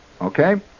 okay